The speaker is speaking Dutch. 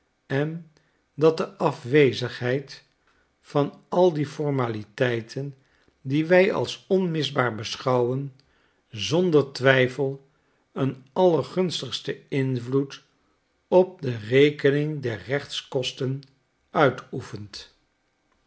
t'huisjen dat de afwezigheid van al dieformaliteiten die wij als onmisbaar beschouwen zonder twijfel een allergunstigsten invloed op de rekening der rechtskosten uitoefent